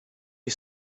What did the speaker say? est